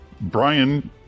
Brian